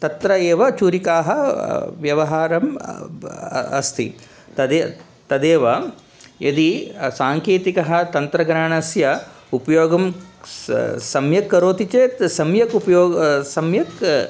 तत्र एव छुरिकायाः व्यवहारः अस्ति तद् तदेव यदि साङ्केतिकतन्त्रज्ञानस्य उपयोगं स सम्यक् करोति चेत् सम्यक् उपयो सम्यक्